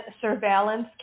surveillance